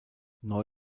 neu